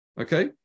Okay